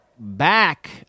back